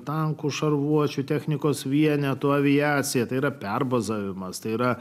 tankų šarvuočių technikos vienetų aviaciją tai yra perbalsavimas tai yra